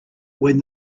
when